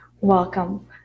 welcome